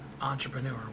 entrepreneur